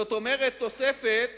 זאת אומרת, תוספת